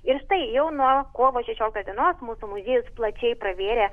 ir tai jau nuo kovo šešioliktos dienų mūsų muziejus plačiai pravėrė